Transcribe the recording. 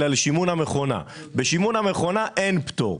בשימון המכונה אין פטור.